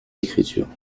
écritures